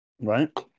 Right